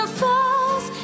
falls